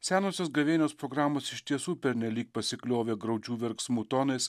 senosios gavėnios programos iš tiesų pernelyg pasikliovė graudžių verksmų tonais